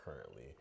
currently